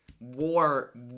War